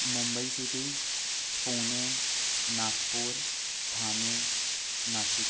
Mumbai city Pune Nagpur Thane Nashik